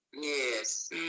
Yes